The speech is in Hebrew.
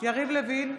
יריב לוין,